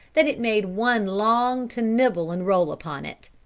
that it made one long to nibble and roll upon it.